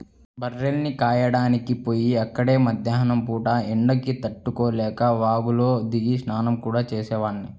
బర్రెల్ని కాయడానికి పొయ్యి అక్కడే మద్దేన్నం పూట ఎండకి తట్టుకోలేక వాగులో దిగి స్నానం గూడా చేసేవాడ్ని